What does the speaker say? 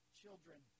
children